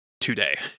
today